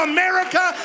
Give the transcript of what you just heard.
America